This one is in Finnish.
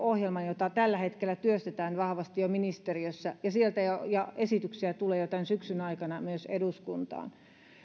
ohjelman jota tällä hetkellä työstetään vahvasti jo ministeriössä ja ja esityksiä tulee jo tämän syksyn aikana myös eduskuntaan